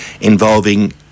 involving